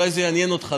אולי יעניין אותך,